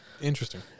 Interesting